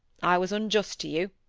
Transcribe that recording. i was unjust to you.